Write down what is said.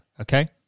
okay